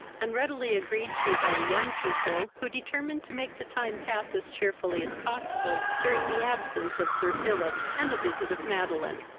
and readily agreed to by the young people, who determined to make the time pass as cheerfully as possible during the absence of sir philip and the visit of madeline.